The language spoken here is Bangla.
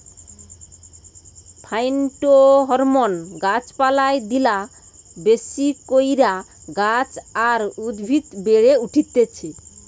ফাইটোহরমোন গাছ পালায় দিলা বেশি কইরা গাছ আর উদ্ভিদ বেড়ে উঠতিছে